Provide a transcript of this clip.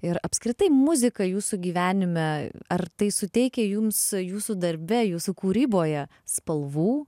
ir apskritai muzika jūsų gyvenime ar tai suteikia jums jūsų darbe jūsų kūryboje spalvų